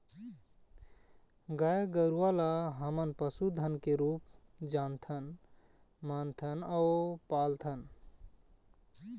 गाय गरूवा ल हमन पशु धन के रुप जानथन, मानथन अउ पालथन